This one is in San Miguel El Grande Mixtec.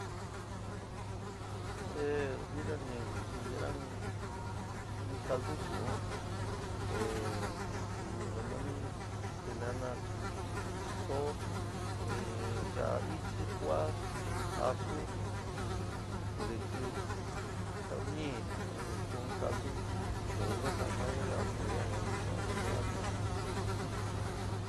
vina te ni pero in colto choun ee ni kivi no nani tínona soo, ee yora ichi kua, aju, ntekí tou ñii te ni kau in catlu chuu ja ka´a kata mayo nuyo ya´a yua ni yeera niña.